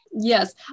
Yes